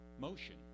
motion